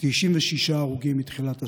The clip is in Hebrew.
96 הרוגים מתחילת השנה.